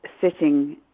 sitting